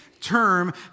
term